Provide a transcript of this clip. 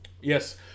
Yes